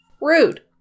rude